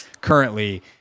currently